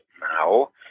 now